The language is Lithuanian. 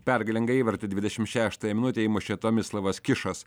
pergalingą įvartį dvidešim šeštąją minutę įmušė tomislavas kišas